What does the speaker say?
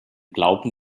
glauben